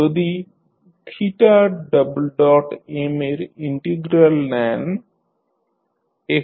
যদি m এর integral নেন x3পাবেন